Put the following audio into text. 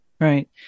Right